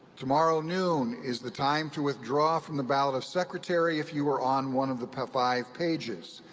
tomorrow noon is the time to withdraw from the ballot of secretary, if you are on one of the five pages.